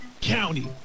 County